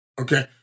Okay